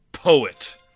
Poet